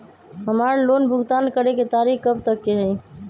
हमार लोन भुगतान करे के तारीख कब तक के हई?